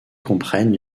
comprennent